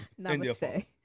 Namaste